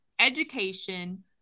education